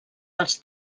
dels